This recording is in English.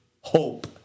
hope